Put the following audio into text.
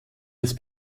des